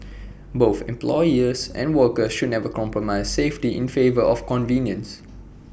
both employers and workers should never compromise safety in favour of convenience